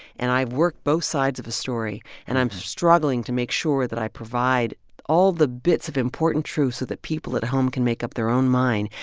and i work both sides of a story, and i'm struggling to make sure that i provide all the bits of important truths so that people at home can make up their own mind,